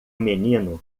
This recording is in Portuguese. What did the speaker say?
menino